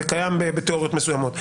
זה קיים בתיאוריות מסוימות.